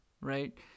right